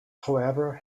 however